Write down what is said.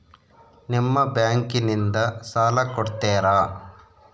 ನಿಮ್ಮ ಬ್ಯಾಂಕಿನಿಂದ ಸಾಲ ಕೊಡ್ತೇರಾ?